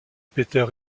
peter